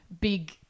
big